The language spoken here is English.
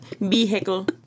Vehicle